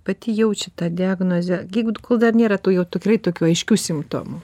pati jaučia tą diagnozę jeigu kol dar nėra tų jau tikrai tokių aiškių simptomų